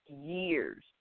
years